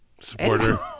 supporter